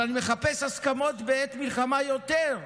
אבל אני מחפש הסכמות בעת מלחמה עוד יותר.